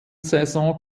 saison